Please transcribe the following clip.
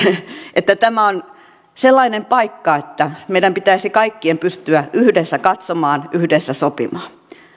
että tämä on sellainen paikka että meidän pitäisi kaikkien pystyä yhdessä katsomaan yhdessä sopimaan